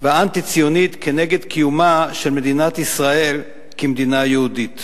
והאנטי-ציונית כנגד קיומה של מדינת ישראל כמדינה יהודית.